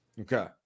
Okay